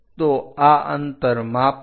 તો આ અંતર માપો